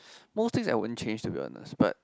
most things I wouldn't change to be honest but